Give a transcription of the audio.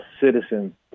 citizen